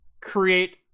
create